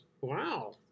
Wow